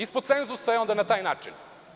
Ispod cenzusa je onda na taj način.